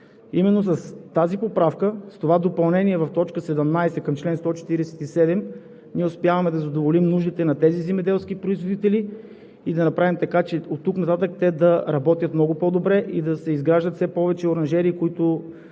Именно с тази поправка, с това допълнение в т. 17 към чл. 147 ние успяваме да задоволим нуждите на тези земеделски производители и да направим така, че оттук нататък те да работят много по-добре и да се изграждат все повече оранжерии, които